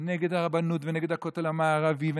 נגד הרבנות ונגד הכותל המערבי.